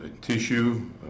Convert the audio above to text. tissue